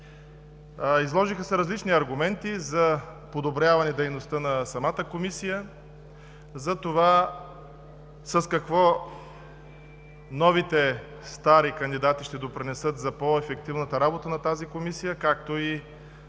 Изложиха се различни аргументи за подобряване дейността на Комисията, с какво „новите стари“ кандидати ще допринесат за по-ефективната работа на тази Комисия, както и